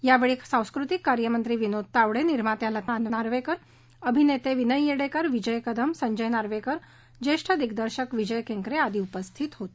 यावेळी सांस्कृतिक कार्यमंत्री विनोद तावडे निर्मात्या लता नार्वेकर अभिनेते विनय येडेकर विजय कदम संजय नार्वेकर ज्येष्ठ दिगदर्शक विजय केंकरे आदी उपस्थित होते